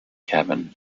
cabin